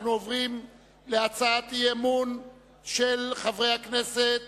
אנחנו עוברים להצעת האי-אמון של חברי הכנסת